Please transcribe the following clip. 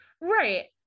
right